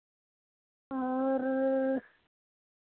और